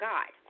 God